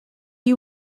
you